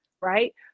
right